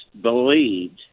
believed